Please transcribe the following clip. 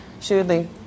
Surely